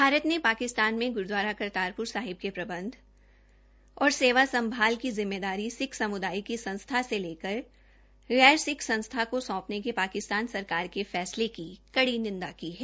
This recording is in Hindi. भारत ने पाकिस्तान में ग्रूदवारा करतारप्र साहिब के प्रबंध और सेवा संभाल की जिम्मेदारी सिक्ख समुदाय की संस्था से लेकर गैर सिक्ख संसथा को सौंपेने के पाकिस्तान सरकार के फैसले की कड़ी निंदा की है